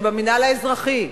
זה במינהל האזרחי.